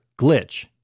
glitch